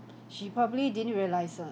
she probably didn't realise ah